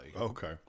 Okay